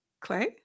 Clay